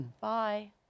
Bye